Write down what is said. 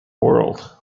world